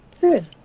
good